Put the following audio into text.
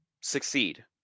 succeed